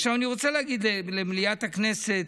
עכשיו אני רוצה להגיד למליאת הכנסת,